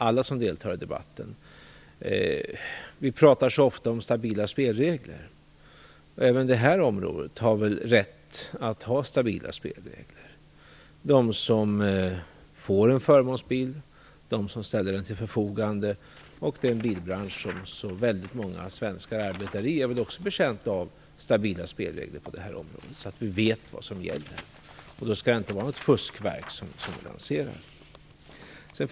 Alla vi som deltar i debatten kan väl vara överens om att även detta område har rätt att ha stabila spelregler? De som får en förmånsbil, de som ställer den till förfogande och den bilbransch som så väldigt många svenskar arbetar inom är väl också förtjänta av stabila spelregler på området, så att vi vet vad som gäller. Det skall inte vara något fuskverk vi lanserar.